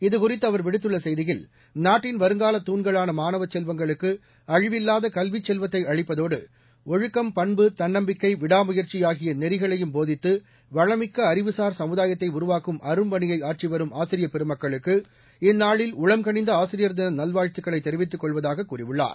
இதுகுறித்து அவர் விடுத்துள்ள செய்தியில் நாட்டின் வருங்கால துண்களான மாணவச் செல்வங்களுக்கு அழிவில்வாத கல்விச் செல்வத்தை அளிப்பதோடு ஒழுக்கம் பண்பு தன்னம்பிக்கை விடா முயற்சி ஆகிய நெறிகளையும் போதித்து வளமிக்க அறிவுசார் சமுதாயத்தை உருவாக்கும் அரும்பணியை ஆற்றி வரும் ஆசிரியப் பெருமக்களுக்கு இந்நாளில் உளம்களிந்த ஆசிரியர்தின நல்வாழ்த்துக்களைத் தெரிவித்துக் கொள்வதாக் கூறியுள்ளார்